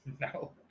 No